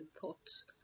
thoughts